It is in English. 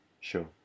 sure